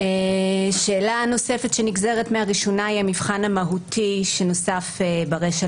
שאלה נוספת שנגזרת מהראשונה היא המבחן המהותי שנוסף ברישה